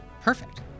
Perfect